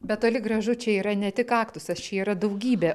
bet toli gražu čia yra ne tik kaktusas čia yra daugybė